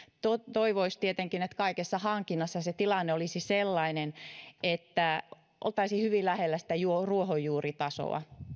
toivoisi tietenkin että kaikessa hankinnassa tilanne olisi sellainen että oltaisiin hyvin lähellä ruohonjuuritasoa